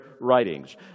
writings